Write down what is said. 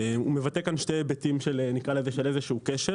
הוא מבטא כאן שני היבטים של איזה שהוא כשל